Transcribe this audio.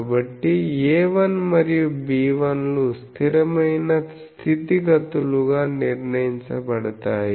కాబట్టి A1 మరియు B1 లు స్థిరమైన స్థితిగతులుగా నిర్ణయించబడతాయి